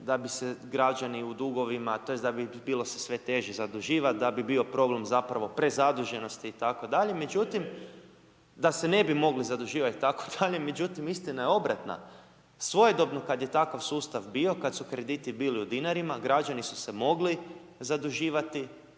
da bi se građani u dugovima tj. da bi bilo sve teže zaduživat, da bi bio problem zapravo prezaduženosti itd., …/Upadica sa strane, ne razumije se./… … međutim ,da se ne bi mogli zaduživati itd., međutim, istina je obratna, svojedobno kad je takav sustav bio, kad su krediti bili u dinari, građani su se mogli zaduživati